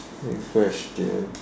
next question